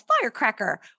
firecracker